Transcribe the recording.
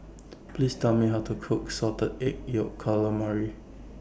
Please Tell Me How to Cook Salted Egg Yolk Calamari